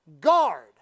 Guard